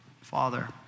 Father